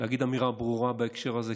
להגיד אמירה ברורה בהקשר הזה,